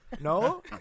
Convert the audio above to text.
no